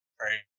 Right